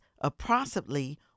approximately